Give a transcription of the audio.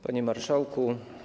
Panie Marszałku!